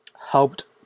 helped